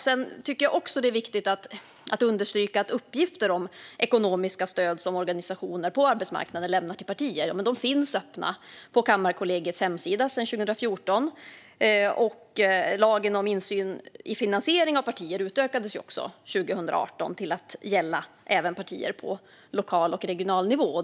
Det är viktigt att understryka att uppgifter om ekonomiska stöd som organisationer på arbetsmarknaden lämnar till partier ligger öppet på Kammarkollegiets hemsida sedan 2014. Och lagen om insyn i finansiering av partier utökades 2018 till att gälla även partier på lokal och regional nivå.